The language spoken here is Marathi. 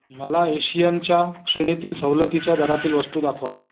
मला एशियनच्या श्रेणीतील सवलतीच्या दरातील वस्तू दाखवा